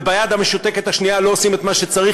וביד המשותקת השנייה לא עושים את מה שצריך